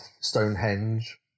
Stonehenge